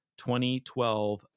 2012